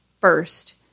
first